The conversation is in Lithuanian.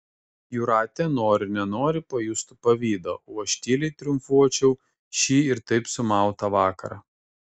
jūratė nori nenori pajustų pavydą o aš tyliai triumfuočiau šį ir taip sumautą vakarą